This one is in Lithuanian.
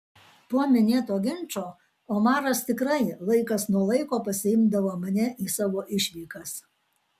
po minėto ginčo omaras tikrai laikas nuo laiko pasiimdavo mane į savo išvykas